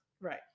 right